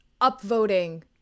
upvoting